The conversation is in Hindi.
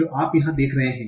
तो आप यहाँ क्या देख रहे हैं